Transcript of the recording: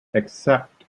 except